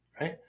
right